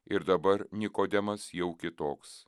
ir dabar nikodemas jau kitoks